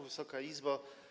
Wysoka Izbo!